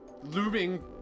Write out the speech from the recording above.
looming